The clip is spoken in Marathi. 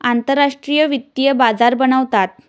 आंतरराष्ट्रीय वित्तीय बाजार बनवतात